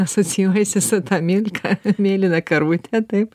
asocijuojasi su ta milka mėlyna karvute taip